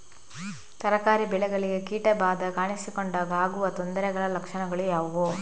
ತರಕಾರಿ ಬೆಳೆಗಳಿಗೆ ಕೀಟ ಬಾಧೆ ಕಾಣಿಸಿಕೊಂಡಾಗ ಆಗುವ ತೊಂದರೆಗಳ ಲಕ್ಷಣಗಳು ಯಾವುವು?